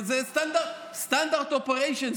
זה סטנדרט, Standard Operations.